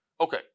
Okay